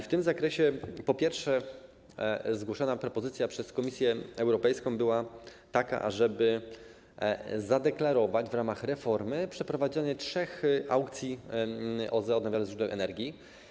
W tym zakresie po pierwsze propozycja zgłoszona przez Komisję Europejską była taka, ażeby zadeklarować w ramach reformy przeprowadzenie trzech aukcji OZE, odnawialnych źródeł energii.